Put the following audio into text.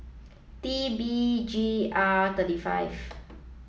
T B G R three five